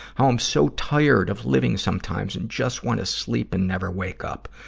how i'm so tired of living sometimes and just wanna sleep and never wake up.